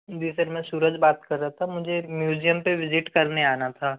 जी sir मैं सूरज बात कर रहा था मुझे म्यूज़ियम पे विज़िट करने आना था